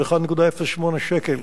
זה 1.08 שקל